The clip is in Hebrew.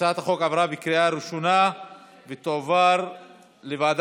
הצעת החוק עברה בקריאה ראשונה ותועבר לוועדת